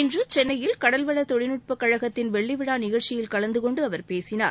இன்று சென்னையில் கடல்வள தொழில்நுட்பக் கழகத்தின் வெள்ளி விழா நிகழ்ச்சியில் கலந்து கொண்டு அவர் பேசினார்